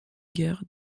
gare